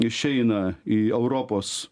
išeina į europos